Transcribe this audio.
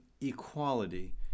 equality